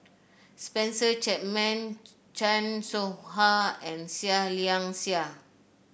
Spencer Chapman Chan Soh Ha and Seah Liang Seah